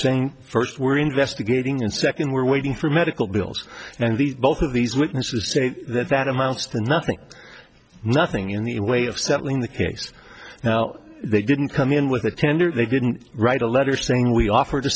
saying first we're investigating and second we're waiting for medical bills and the both of these witnesses say that that amounts to nothing nothing in the way of settling the case now they didn't come in with a tender they didn't write a letter saying we offered to